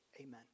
Amen